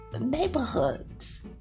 Neighborhoods